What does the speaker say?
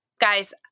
Guys